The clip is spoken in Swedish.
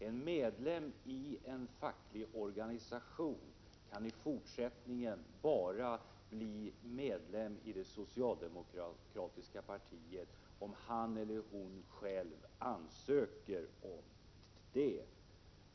En medlem i en facklig organisation kan i fortsättningen bara bli medlem i det socialdemokratiska partiet om han eller hon själv ansöker om det.